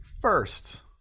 first